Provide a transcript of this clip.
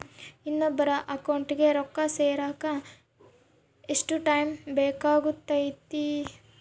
ಇನ್ನೊಬ್ಬರ ಅಕೌಂಟಿಗೆ ರೊಕ್ಕ ಸೇರಕ ಎಷ್ಟು ಟೈಮ್ ಬೇಕಾಗುತೈತಿ?